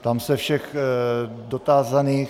Ptám se všech dotázaných...